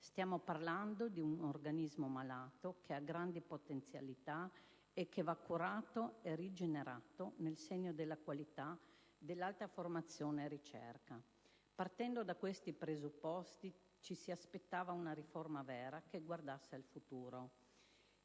Stiamo parlando di un organismo malato che ha grandi potenzialità e che va curato e rigenerato nel segno della qualità dell'alta formazione e ricerca. Partendo da questi presupposti, ci si aspettava una riforma vera, che guardasse al futuro.